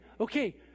okay